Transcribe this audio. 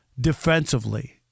defensively